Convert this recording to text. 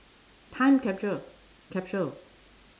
time capture capsule